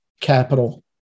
capital